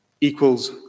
equals